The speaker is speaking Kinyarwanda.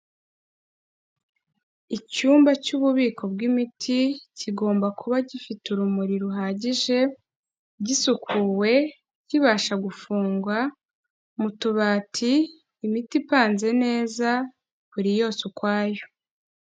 Icyumba cy'ububiko bw'imiti kigomba kuba gifite urumuri ruhagije, gisukuwe kibasha gufungwa mu tubati imiti ipanze neza buri yose ukwayo.